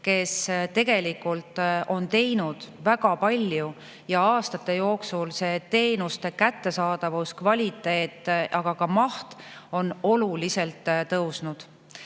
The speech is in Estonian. kes on teinud väga palju, ja aastate jooksul on teenuste kättesaadavus, kvaliteet, aga ka maht oluliselt tõusnud.